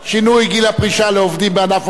של חבר הכנסת עפו אגבאריה,